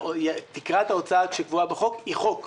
תקרת ההוצאה שקבועה בחוק היא חוק,